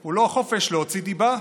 הוא לא חופש להוציא דיבה,